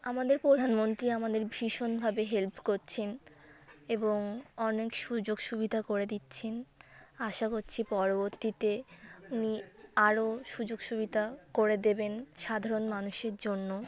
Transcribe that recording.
আমাদের প্রধানমন্ত্রী আমাদের ভীষণভাবে হেল্প করতে এবং অনেক সুযোগ সুবিধা করে দিচ্ছেন আশা করছি পরবর্তীতে উনি আরও সুযোগ সুবিধা করে দেবেন সাধারণ মানুষের জন্য